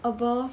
above